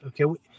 okay